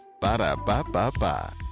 Ba-da-ba-ba-ba